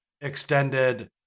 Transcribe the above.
extended